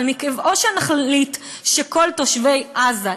או שנחליט שכל תושבי עזה,